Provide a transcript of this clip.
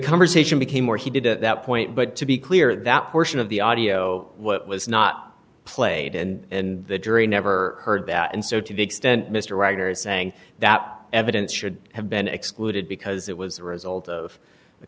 conversation became more heated at that point but to be clear that portion of the audio what was not played and the jury never heard that and so to the extent mr wagner is saying that evidence should have been excluded because it was a result of